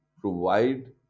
provide